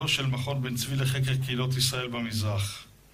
של מכון בן צבי לחקר קהילות ישראל במזרח